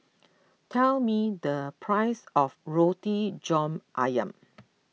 tell me the price of Roti John Ayam